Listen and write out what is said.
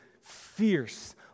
fierce